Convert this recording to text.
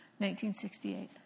1968